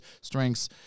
strengths